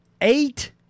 Eight